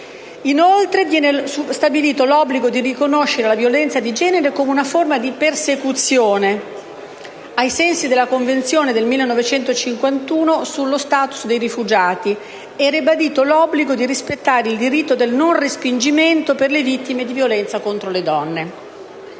Inoltre, viene stabilito l'obbligo di riconoscere la violenza di genere come una forma di persecuzione - ai sensi della Convenzione del 1951 sullo *status* dei rifugiati - e viene ribadito l'obbligo di rispettare il diritto al non respingimento per le vittime di violenza contro le donne.